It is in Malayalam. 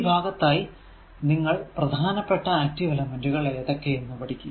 ഈ ഭാഗത്തായി നിങ്ങൾ പ്രധാനപ്പെട്ട ആക്റ്റീവ് എലെമെന്റുകൾ ഏതൊക്കെ എന്ന് പഠിക്കും